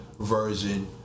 version